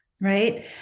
right